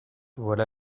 voilà